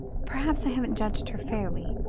perhaps i haven't judged her fairly.